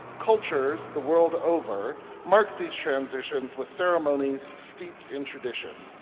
cultures the world over mark these transitions with ceremonies steeped in tradition.